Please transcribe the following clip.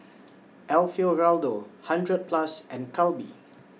Alfio Raldo hundred Plus and Calbee